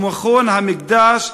ו"מכון המקדש",